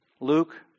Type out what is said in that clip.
Luke